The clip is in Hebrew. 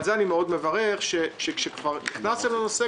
ועל זה אני מאוד מברך שכשכבר נכנסתם לנושא,